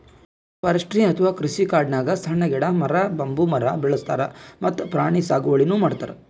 agroforestry ಅಥವಾ ಕೃಷಿಕಾಡ್ನಾಗ್ ಸಣ್ಣ್ ಗಿಡ, ಮರ, ಬಂಬೂ ಮರ ಬೆಳಸ್ತಾರ್ ಮತ್ತ್ ಪ್ರಾಣಿ ಸಾಗುವಳಿನೂ ಮಾಡ್ತಾರ್